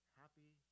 happy